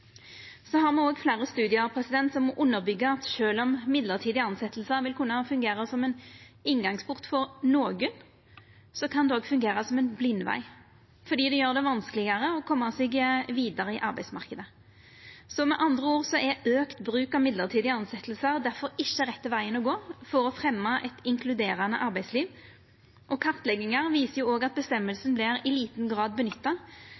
Så har me òg fleire studiar som underbyggjer at sjølv om mellombelse tilsetjingar vil kunna fungera som ein inngangsport for nokre, kan dei òg fungera som ein blindveg, fordi det gjer det vanskelegare å koma seg vidare i arbeidsmarknaden. Med andre ord er auka bruk av mellombelse tilsetjingar derfor ikkje rette vegen å gå for å fremja eit inkluderande arbeidsliv. Kartleggingar viser òg at bestemminga i liten grad